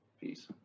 Peace